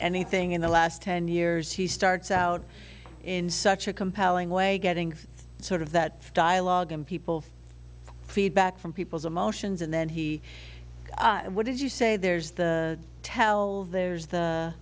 anything in the last ten years he starts out in such a compelling way getting sort of that dialogue and people feedback from people's emotions and then he what did you say there's the tell there's the